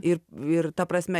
ir ir ta prasme